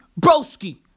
Broski